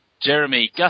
Jeremy